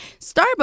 Starbucks